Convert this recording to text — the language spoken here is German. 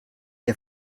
der